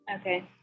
Okay